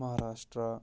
Maharashtra